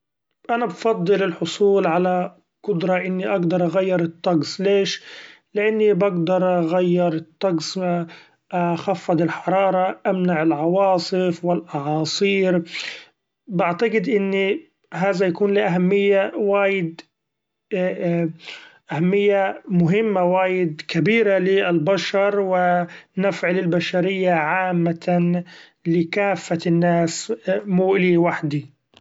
أنا بفضل الحصول علي قدرة إني اقدر اغير الطقس ليش لأني بقدر اغير الطقس ، اخفض الحرارة امنع العواصف و الأعاصير ، بعتقد إني هذا يكون لأهمية وايد أهمية مهمة وايد كبيري لي البشر و نفع للبشرية عامة لكافة الناس مو إلي وحدي.